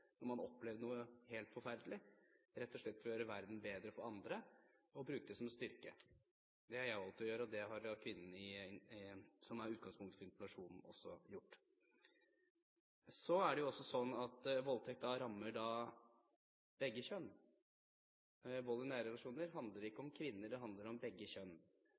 når man har opplevd noe helt forferdelig, rett og slett for å gjøre verden bedre for andre, og bruke det som en styrke. Det har jeg valgt å gjøre, og det har kvinnen som er utgangspunktet for interpellasjonen, også gjort. Så er det også sånn at voldtekt rammer begge kjønn. Vold i nære relasjoner handler ikke om kvinner – det handler om begge kjønn.